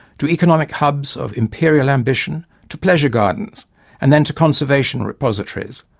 to economic hubs of imperial ambition, to pleasure gardens and then to conservation repositories,